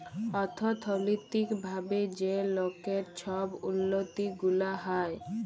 অথ্থলৈতিক ভাবে যে লকের ছব উল্লতি গুলা হ্যয়